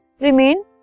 remain